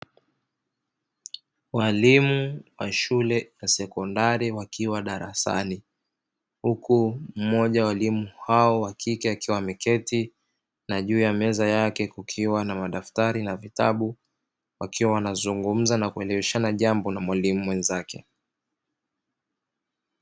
Walimu wa shule ya sekondari wakiwa darasani, huku mmoja wa walimu hao wa kike akiwa ameketi na juu ya meza yake kukiwa na madaftari na vitabu, wakiwa wanazungumza na kueleweshana jambo na mwalimu mwenzake.